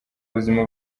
ubuzima